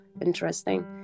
interesting